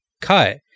cut